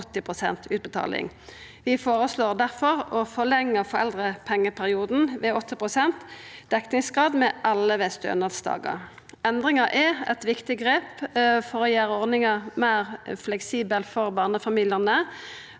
Vi føreslår difor å forlengja foreldrepengeperioden ved 80 pst. dekningsgrad med elleve stønadsdagar. Endringa er eit viktig grep for å gjera ordninga meir fleksibel for barnefamiliane.